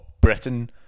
Britain